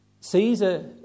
Caesar